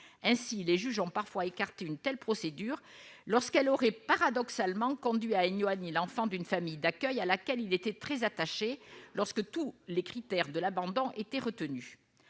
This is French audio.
ainsi, les juges ont parfois écarté une telle procédure lorsqu'elle aurait paradoxalement conduit à une loi ni l'enfant d'une famille d'accueil, à laquelle il était très attaché, lorsque tous les critères de l'abandon était retenu